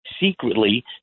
secretly